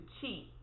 cheat